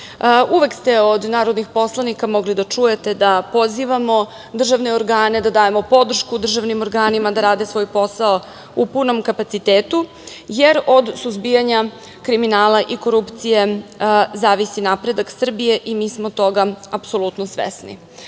ste od narodnih poslanika mogli da čujete da pozivamo državne organe, da dajemo podršku državnim organima da rade svoj posao u punom kapacitetu, jer od suzbijanja kriminala i korupcije zavisi napredak Srbije i mi smo toga apsolutno svesni. Kao